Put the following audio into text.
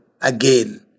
again